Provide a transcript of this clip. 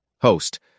Host